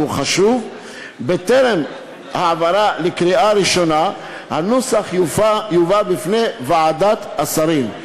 והוא חשוב: בטרם העברה לקריאה ראשונה הנוסח יובא בפני ועדת השרים,